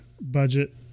budget